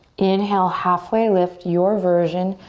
inhale halfway lift your version.